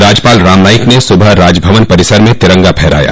राज्यपाल राम नाईक ने सुबह राजभवन परिसर में तिरंगा फहराया